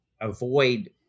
avoid